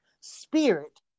spirit